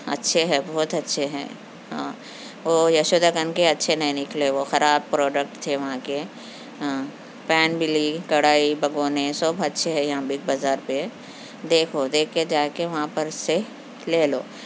اچھے ہیں بہت اچھے ہیں ہاں وہ یشودا کن کے اچھے نہیں نکلے وہ خراب پروڈکٹ تھے وہاں کے پین بھی لی کڑھائی بگونے سب اچھے ہیں یہاں بگ بازار پہ دیکھو دیکھ کے جائے کے وہاں پر سے لے لو